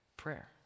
Prayer